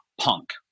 punk